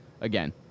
again